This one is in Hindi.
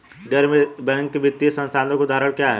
गैर बैंक वित्तीय संस्थानों के उदाहरण क्या हैं?